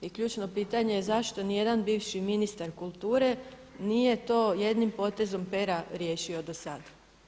I ključno pitanje je, zašto ni jedan bivši ministar kulture nije to jednim potezom pera riješio do sad?